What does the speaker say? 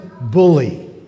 bully